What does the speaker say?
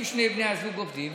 אם שני בני הזוג עובדים,